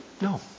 No